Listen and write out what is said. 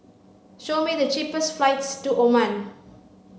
show me the cheapest flights to Oman